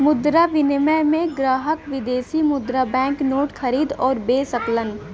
मुद्रा विनिमय में ग्राहक विदेशी मुद्रा बैंक नोट खरीद आउर बे सकलन